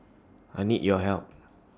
I need your help